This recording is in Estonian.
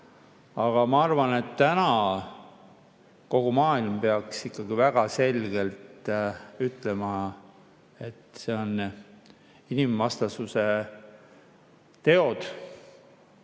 Aga ma arvan, et täna kogu maailm peaks ikkagi väga selgelt ütlema, et need on inimsusevastased teod.